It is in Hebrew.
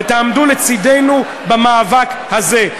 ותעמדו לצדנו במאבק הזה.